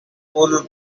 wool